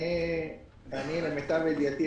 למיטב ידיעתי,